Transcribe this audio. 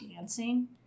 dancing